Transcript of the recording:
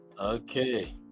Okay